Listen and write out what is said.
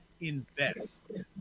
invest